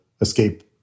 escape